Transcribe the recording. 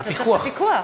הפיקוח.